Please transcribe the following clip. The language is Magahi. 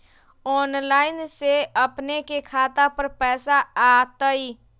ऑनलाइन से अपने के खाता पर पैसा आ तई?